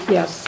Yes